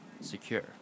secure